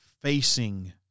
facing